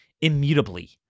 immutably